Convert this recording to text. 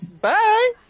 bye